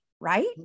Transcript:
Right